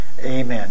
Amen